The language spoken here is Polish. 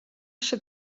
się